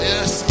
Yes